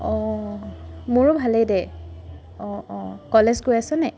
অঁ মোৰো ভালেই দে অঁ অঁ কলেজ গৈ আছ নাই